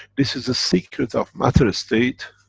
this is a secret of matter-state,